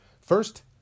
First